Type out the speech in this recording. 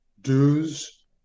Dues